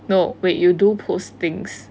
no wait you do post things